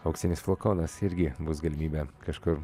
auksinis flakonas irgi bus galimybė kažkur